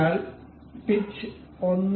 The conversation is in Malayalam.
അതിനാൽ പിച്ച് 1